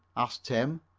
asks tim.